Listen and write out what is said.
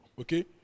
okay